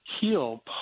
heal